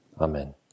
Amen